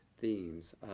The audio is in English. themes